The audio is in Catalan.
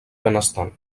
benestant